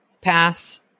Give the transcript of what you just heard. pass